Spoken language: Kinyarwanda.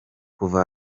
kuva